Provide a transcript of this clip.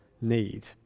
need